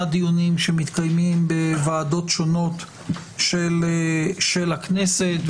דיונים שמתקיימים בוועדות שונות של הכנסת,